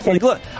Look